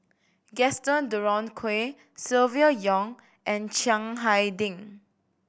Gaston Dutronquoy Silvia Yong and Chiang Hai Ding